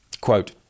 Quote